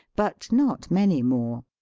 but not many more.